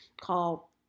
call